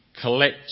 collect